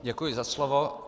Děkuji za slovo.